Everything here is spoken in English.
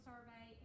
survey